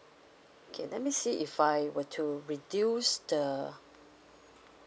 okay let me see if I were to reduce the